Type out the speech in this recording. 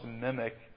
mimic